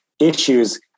issues